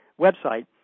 website